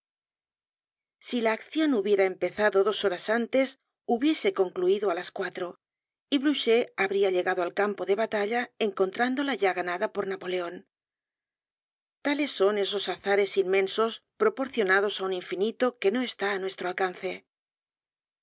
si la accion hubiera empezado dos horas antes hubiese concluido á las cuatro y blucher habría llegado al campo de batalla encontrándola ya ganada por napoleon tales son esos azares inmensos proporcionados á un infinito que no está á nuestro alcance